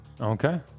Okay